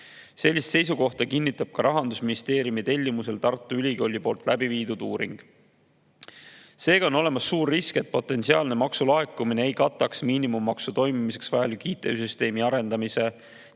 Sellist seisukohta kinnitab ka Rahandusministeeriumi tellimusel Tartu Ülikooli läbi viidud uuring. Seega on olemas suur risk, et potentsiaalne maksulaekumine ei kata miinimummaksu toimimiseks vajaliku IT-süsteemi arendamise ja